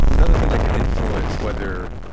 but another thing that can influence whether,